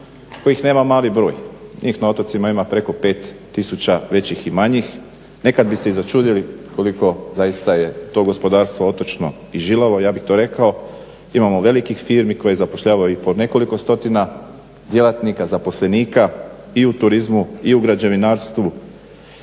kojih nema mali broj. Njih na otocima ima preko 5 tisuća većih i manjih, nekad bi se i začudili koliko zaista je to gospodarstvo otočno i žilavo ja bih to rekao. Imamo velikih firmi koje zapošljavaju i po nekoliko stotina djelatnika, zaposlenika i u turizmu i u građevinarstvu.